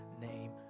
name